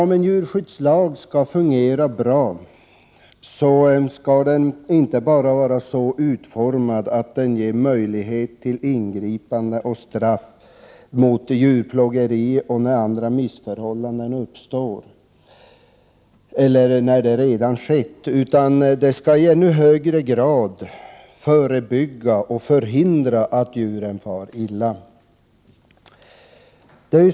Om en djurskyddslag skall fungera väl skall den inte bara vara så utformad att den ger möjlighet till ingripande och straff mot djurplågeri och i samband med andra missförhållanden, utan den skall i ännu högre grad förebygga och förhindra att djuren far illa.